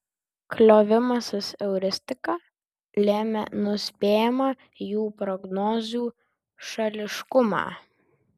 kliovimasis euristika lėmė nuspėjamą jų prognozių šališkumą